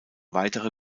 weitere